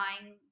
buying